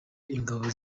ingabo